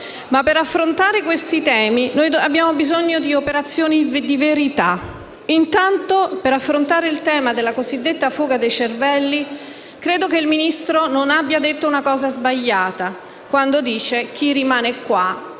Ma, per affrontare questi temi, noi abbiamo bisogno di operazioni di verità. Intanto, per affrontare il tema della cosiddetta fuga dei cervelli, credo che il Ministro non abbia detto una cosa sbagliata quando ha detto